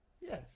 Yes